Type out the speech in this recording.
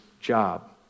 job